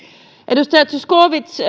edustaja zyskowicz